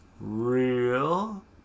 Real